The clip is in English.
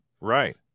Right